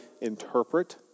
interpret